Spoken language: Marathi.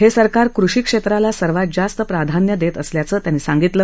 हे सरकार कृषी क्षेत्राला सर्वात जास्त प्राधान्य देत असल्यांच त्यांनी सांगितलं